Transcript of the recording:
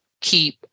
keep